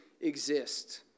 exist